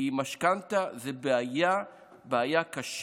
כי משכנתה היא בעיה קשה,